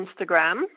Instagram